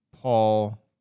Paul